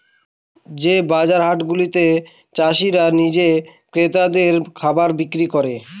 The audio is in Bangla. যে বাজার হাট গুলাতে চাষীরা নিজে ক্রেতাদের খাবার বিক্রি করে